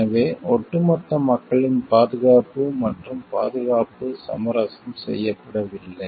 எனவே ஒட்டுமொத்த மக்களின் பாதுகாப்பு மற்றும் பாதுகாப்பு சமரசம் செய்யப்படவில்லை